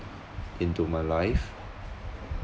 into my life